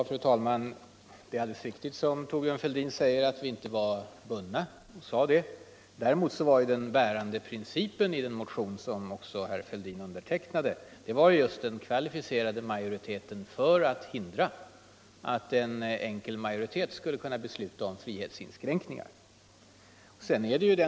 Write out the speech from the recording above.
Fru talman! Det är alldeles riktigt som Thorbjörn Fälldin säger, att vi inte var bundna. Däremot var den bärande principen i motionen, som också herr Fälldin undertecknade, just den kvalificerade majoriteten för att hindra att en enkel majoritet skulle kunna besluta om frihetsinskränkningar.